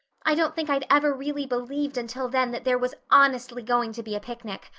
i don't think i'd ever really believed until then that there was honestly going to be a picnic.